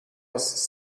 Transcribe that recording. was